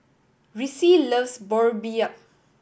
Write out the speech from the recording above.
Ricci loves Boribap